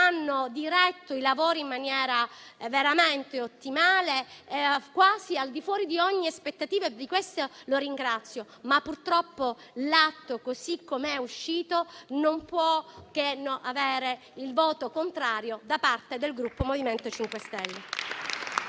hanno diretto i lavori in maniera veramente ottimale e quasi al di fuori di ogni aspettativa; di questo li ringrazio. Ma purtroppo l'atto, così come è scritto, non può che avere il voto contrario da parte del Gruppo MoVimento 5 Stelle.